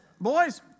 Boys